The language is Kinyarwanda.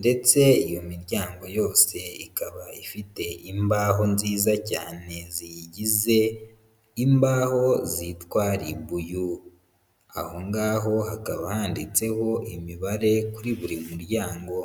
ndetse iyo miryango yose ikaba ifite imbaho nziza cyane ziyigize, imbaho zitwa ribuyu, aho ngaho hakaba handitseho imibare kuri buri muryango.